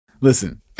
Listen